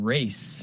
Race